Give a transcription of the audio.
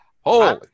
Holy